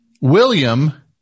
William